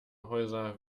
häuser